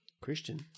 Christian